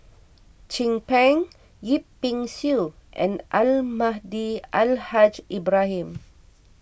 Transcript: Chin Peng Yip Pin Xiu and Almahdi Al Haj Ibrahim